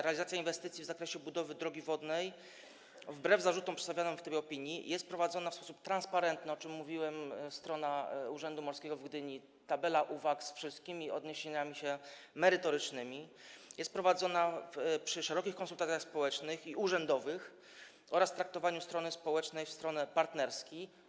Realizacja inwestycji w zakresie budowy drogi wodnej wbrew zarzutom przedstawianym w tej opinii jest prowadzona w sposób transparentny, o czym mówiłem - strona Urzędu Morskiego w Gdyni, tabela uwag z wszystkimi odniesieniami się merytorycznymi - jest prowadzona przy szerokich konsultacjach społecznych i urzędowych oraz traktowaniu strony społecznej w sposób partnerski.